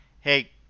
hey